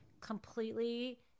completely